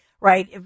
right